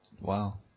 Wow